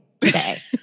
today